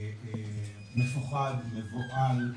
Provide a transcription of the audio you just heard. מפוחד, מבוהל,